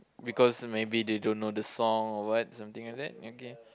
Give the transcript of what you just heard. because maybe they don't know the song or what something like that okay